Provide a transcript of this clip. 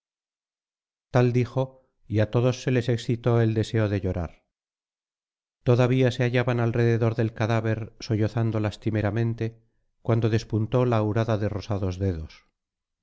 tal dijo y á todos les excitó el deseo de llorar todavía se hallaban al rededor del cadáver sollozando lastimeramente cuando despuntó la aurora de rosados dedos